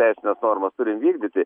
teisines normas turim vykdyti